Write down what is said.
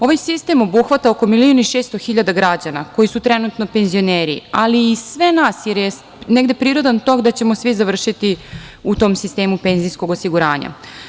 Ovaj sistem obuhvata oko milion i 600 hiljada građana koji su trenutno penzioneri, ali i sve nas jer je negde prirodan tok da ćemo svi završiti u tom sistemu penzijskog osiguranja.